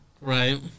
Right